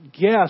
guess